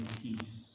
peace